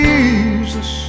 Jesus